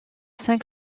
cinq